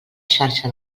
xarxa